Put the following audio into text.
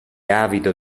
avido